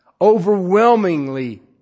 overwhelmingly